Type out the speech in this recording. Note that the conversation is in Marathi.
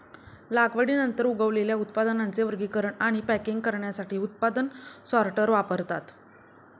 लागवडीनंतर उगवलेल्या उत्पादनांचे वर्गीकरण आणि पॅकिंग करण्यासाठी उत्पादन सॉर्टर वापरतात